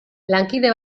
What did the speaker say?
lankide